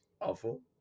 awful